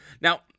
Now